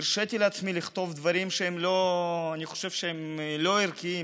הרשיתי לעצמי לכתוב דברים שאני חושב שהם לא ערכיים,